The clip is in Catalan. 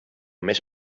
més